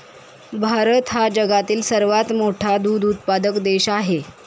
भारत हा जगातील सर्वात मोठा दूध उत्पादक देश आहे